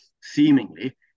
seemingly